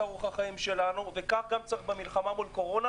כך צריך לעשות בקורונה,